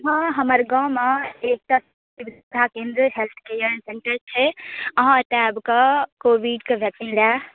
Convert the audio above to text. हॅं हमर गाँव मे एकटा सुविधा केन्द्र अछि हेल्थ केयर सेन्टर छै अहाँ एतय आबि कऽ कोविडके वेक्सीन लए